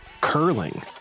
curling